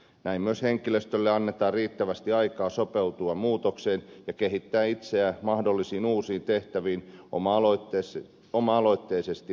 näin myös henkilöstölle annetaan riittävästi aikaa sopeutua muutokseen ja kehittää itseään mahdollisiin uusiin tehtäviin oma aloitteisesti